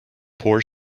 poor